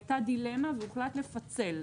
הייתה דילמה והוחלט לפצל.